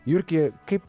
jurgi kaip